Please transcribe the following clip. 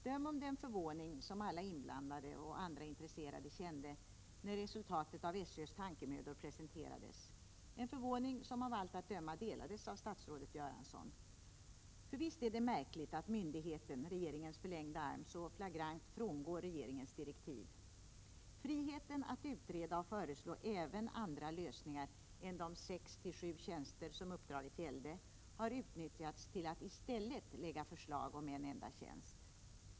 Döm om den förvåning som alla inblandade och andra intresserade kände när resultatet av SÖ:s tankemödor presenterades, en förvåning som av allt att döma delades även av statsrådet Göransson. För visst är det märkligt att myndigheten, regeringens förlängda arm, så flagrant frångår regeringens direktiv. Friheten att utreda och föreslå även andra lösningar än de 6/7-tjänster som uppdraget gällde har utnyttjats till att i stället lägga förslag om en enda tjänst.